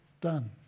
done